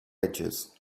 edges